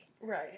Right